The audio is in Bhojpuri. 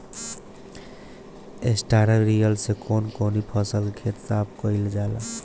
स्टरा रिपर से कवन कवनी फसल के खेत साफ कयील जाला?